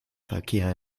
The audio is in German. verkehr